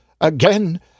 again